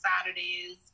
Saturdays